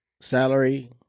Salary